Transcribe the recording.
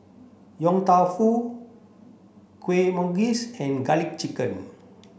Yong Tau Foo Kuih Manggis and garlic chicken